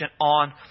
on